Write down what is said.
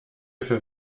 für